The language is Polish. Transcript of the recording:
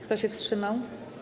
Kto się wstrzymał?